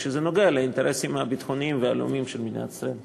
כשזה נוגע לאינטרסים הביטחוניים והלאומיים של מדינת ישראל.